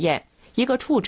yet you go to